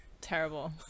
Terrible